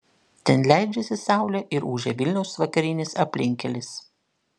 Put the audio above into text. ten leidžiasi saulė ir ūžia vilniaus vakarinis aplinkkelis